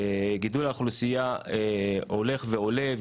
גידול האוכלוסייה הולך ועולה.